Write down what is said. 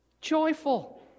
joyful